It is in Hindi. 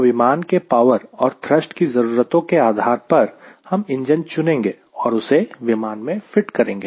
तो विमान के पावर और थ्रस्ट की जरूरतों के आधार पर हम इंजन चुनेंगे और उसे विमान में फिट करेंगे